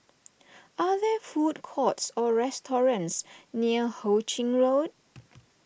are there food courts or restaurants near Ho Ching Road